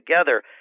together